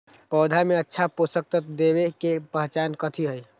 पौधा में अच्छा पोषक तत्व देवे के पहचान कथी हई?